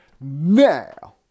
now